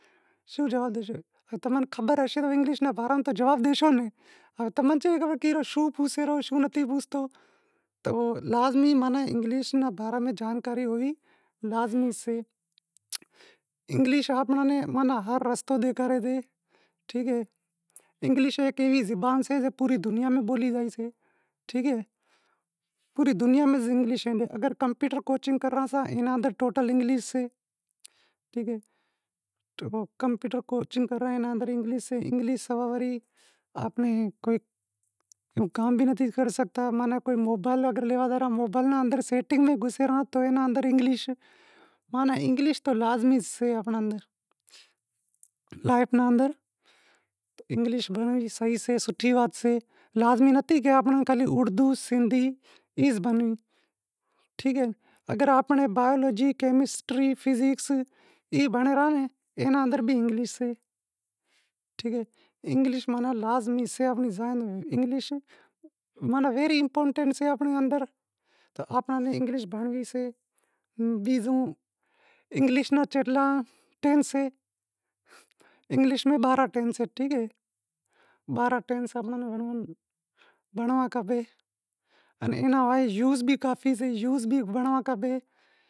شوں جواب ڈیشو، تماں ناں خبر اے انگلش رے بارا میں تو جواب ڈیشو تماں نے کی خبر کہ شوں پوسے رہیو شوں نتھی پوستو تو لازمی ماناں انگلش رے باراں میں جانکاری ہوئی لازمی سے انگلش آپاں نیں ماناں ہر رستع دیکھارے تی۔ ٹھیک اے، انگلش ہیک ایوی زبان سے زکو پوری دنیا میں بولی زائیتی، ٹھیک اے، پوری دنیا میں انگلش، اگر کمپیوٹر کوچنگ کراں تا اینا اندر ٹوٹل انگلش اے، ٹھیک اے، کمپیوٹر ماہ ٹوٹل انگلش اے، انگلش سوا آنپڑی کام بھی نتھی کرے سگھتا، اگر موبیلا کو لیواں تو موبائیل رے اندر سیٹنگ میں گھسے رہاں تو ایئے نیں اندر انگلش ماناں تو انگلش لازمی سے آنپڑاں لائیٹ رے اندر، انگلش بھنڑواں سٹھی عادت سے صحیح سے، لازمی نتھی کہ آنپڑی اردو سندھی ای زبانیں، ٹھیک اے، اگر آنپڑی بایولاجی، فزکس کیمیسٹری، اتھیکس ای بھنڑے رہاں تو ایئاں رے بھی اندر انگلش سے، ٹھیک اے، انگلش ماناں لازمی سے آنپڑے ذہن میں، انگلش ماناں ویری امپارٹنٹ سے آنپڑے اندر تو آپاں نیں انگلش بھنڑنڑی سئے بیزوں انگلش را بارانہاں ٹینس اہیں، ٹھیک اے، ای بھی امیں بھنڑنوا کھپے، ایئے را یوز بھی کافی سے، یوز